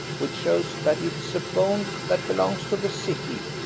which shows that it's a phone that belongs to the city.